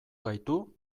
gaitu